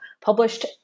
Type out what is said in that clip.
published